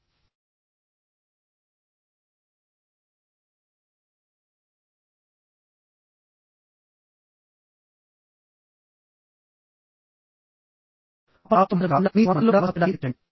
ఆపై ఆ వ్యక్తులలో మాత్రమే కాకుండా మీ స్వంత మనస్సులో కూడా వ్యవస్థాపించడానికి ప్రయత్నించండి